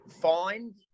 find